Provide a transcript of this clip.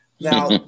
Now